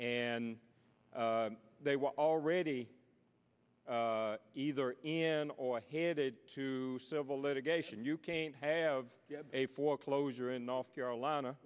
and they were already either in or headed to civil litigation you can't have a foreclosure in north carolina